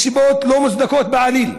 מסיבות לא מוצדקות בעליל.